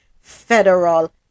federal